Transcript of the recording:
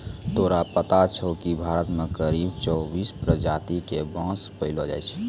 तोरा पता छौं कि भारत मॅ करीब चौबीस प्रजाति के बांस पैलो जाय छै